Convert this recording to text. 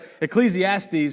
Ecclesiastes